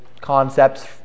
concepts